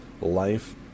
Life